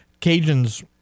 Cajuns